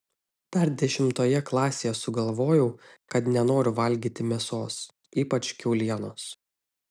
dar dešimtoje klasėje sugalvojau kad nenoriu valgyti mėsos ypač kiaulienos